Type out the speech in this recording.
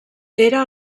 era